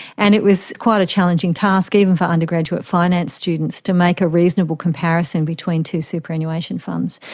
and it was quite a challenging task, even for undergraduate finance students, to make a reasonable comparison between two superannuation funds.